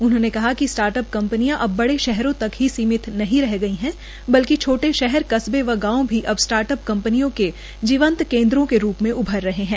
उन्होंने कहा कि स्टार्टअप कम्पनियां अब बड़े शहरों तक सीमित नहीं रह गई हैं बल्कि छोटे शहर कस्बे और गांव भी अब स्टार्टअप कम्पनियों के जीवंत केन्द्र के रूप में उभर रहे हैं